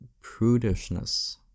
prudishness